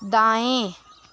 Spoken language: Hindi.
दाएँ